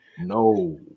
No